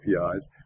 APIs